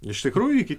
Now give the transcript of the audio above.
iš tikrųjų iki